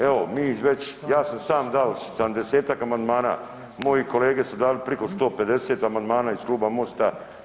Evo, mi iz već, ja sam sam dao 70-tak amandmana, moji kolege su dali priko 150 amandmana iz Kluba MOST-a.